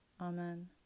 Amen